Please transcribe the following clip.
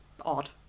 odd